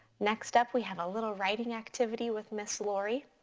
next up we have a little writing activity with ms. lori.